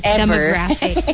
demographic